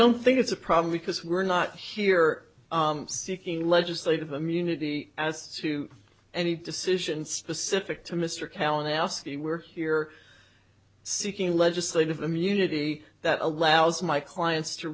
don't think it's a problem because we're not here seeking legislative immunity as to any decision specific to mr callan asking we're here seeking legislative immunity that allows my clients to